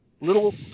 little